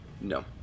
No